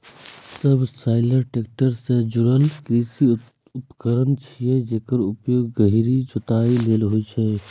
subsoiler tractor सं जुड़ल कृषि उपकरण छियै, जेकर उपयोग गहींर जोताइ लेल होइ छै